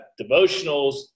devotionals